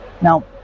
Now